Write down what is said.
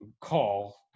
call